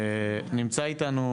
נמצא איתנו